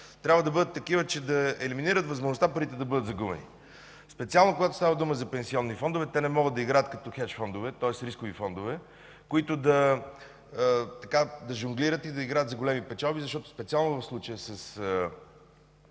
трябва да бъдат такива, че да елиминират възможността парите да бъдат загубени. Специално, когато става дума за пенсионни фондове, те не могат да играят като хеч фондове, тоест рискови фондове, които да жонглират и да играят за големи печалби, защото в случая с